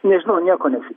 nežinau nieko nesi